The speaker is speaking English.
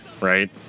right